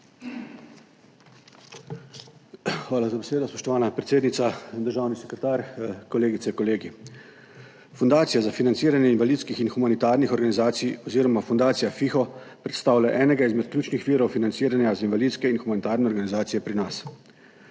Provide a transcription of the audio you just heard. Hvala za besedo, spoštovana predsednica. Državni sekretar, kolegice, kolegi! Fundacija za financiranje invalidskih in humanitarnih organizacij oziroma fundacija FIHO predstavlja enega izmed ključnih virov financiranja za invalidske in humanitarne organizacije pri nas.